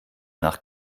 nach